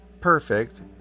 perfect